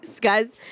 Guys